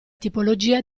tipologia